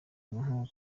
nk’uko